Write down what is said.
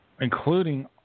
including